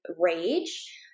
rage